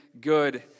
good